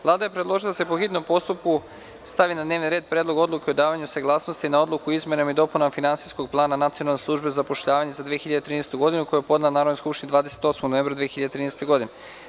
Vlada je predložila da se po hitnom postupku stavi na dnevni red Predlog odluke o davanju saglasnosti na Odluku o izmenama i dopunama Finansijskog plana Nacionalne službe za zapošljavanje za 2013. godinu, koji je podnela Narodnoj skupštini 28. novembra 2013. godine.